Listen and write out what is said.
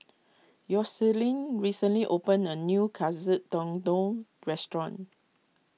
Yoselin recently opened a new Katsu Tendon restaurant